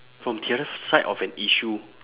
from the other side of an issue